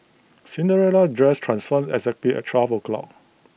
Cinderella's dress transformed exactly at twelve o'clock